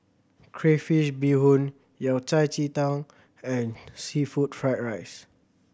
crayfish beehoon Yao Cai ji tang and seafood fried rice